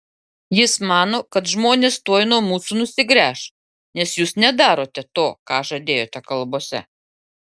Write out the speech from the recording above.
jis mano kad žmonės tuoj nuo mūsų nusigręš nes jūs nedarote to ką žadėjote kalbose